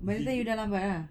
by the time you dah lambat ah